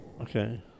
Okay